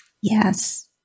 Yes